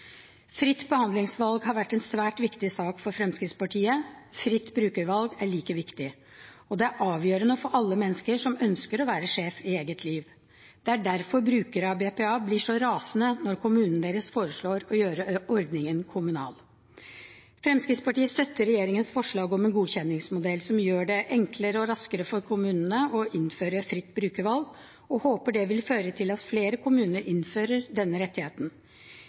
Fritt behandlingsvalg har vært en svært viktig sak for Fremskrittspartiet – fritt brukervalg er like viktig, og det er avgjørende for alle mennesker som ønsker å være sjef i eget liv. Det er derfor brukere av BPA blir så rasende når kommunen deres foreslår å gjøre ordningen kommunal. Fremskrittspartiet støtter regjeringens forslag om en godkjenningsmodell som gjør det enklere og raskere for kommunene å innføre fritt brukervalg, og håper det vil føre til at flere kommuner innfører denne rettigheten.